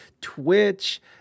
twitch